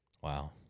Wow